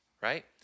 right